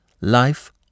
Life